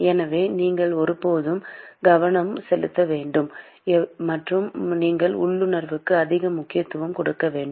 எனவே நீங்கள் எப்போதும் கவனம் செலுத்த வேண்டும் மற்றும் உங்கள் உள்ளுணர்வுக்கு அதிக முக்கியத்துவம் கொடுக்க வேண்டும்